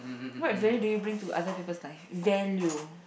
what value do you bring to other people's lives value